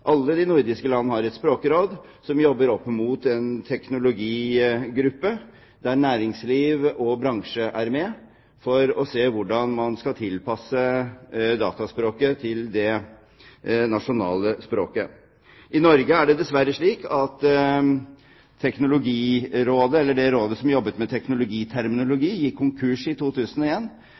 Alle de nordiske land har et språkråd som jobber opp mot en teknologigruppe der næringsliv og bransjer er med, for å se på hvordan man skal tilpasse dataspråket til det nasjonale språket. I Norge er det dessverre slik at det rådet som jobbet med teknologiterminologi, gikk konkurs i